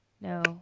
No